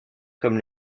comme